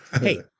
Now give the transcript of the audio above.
Hey